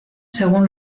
según